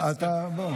תסביר.